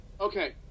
Okay